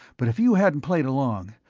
but if you hadn't played along,